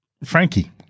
Frankie